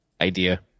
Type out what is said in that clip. idea